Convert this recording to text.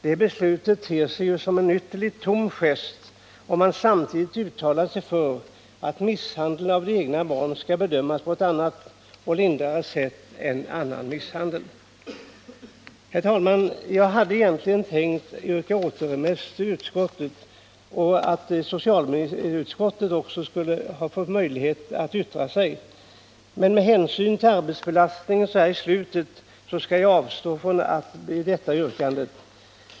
Det beslutet ter sig ju som en ytterligt tom gest, om man samtidigt uttalar sig för att misshandel av egna barn skall bedömas på ett annat och lindrigare sätt än annan misshandel. Herr talman! Jag hade egentligen tänkt yrka på återremiss till utskottet och på att även socialutskottet skulle få möjlighet att yttra sig. Men med hänsyn till arbetsbelastningen i slutet av riksmötet avstår jag från detta yrkande.